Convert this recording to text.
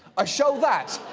a show that,